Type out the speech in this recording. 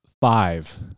five